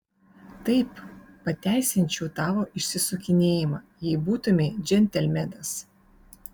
taip pateisinčiau tavo išsisukinėjimą jei būtumei džentelmenas